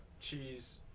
cheese